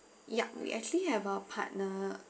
ya we actually have a partner